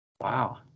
Wow